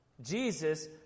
Jesus